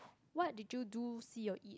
what did you do see or eat